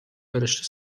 برشته